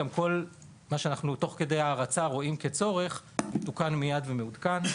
גם כל מה שאנחנו תוך כדי ההרצאה ראינו כצורך תוקן מיד ועודכן.